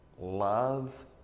love